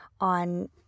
on